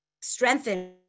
strengthen